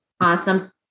Awesome